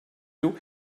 you